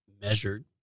measured